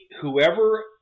whoever